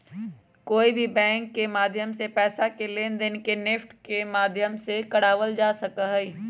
कोई भी बैंक के माध्यम से पैसा के लेनदेन के नेफ्ट के माध्यम से करावल जा सका हई